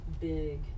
Big